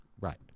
Right